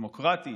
דמוקרטית,